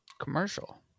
Commercial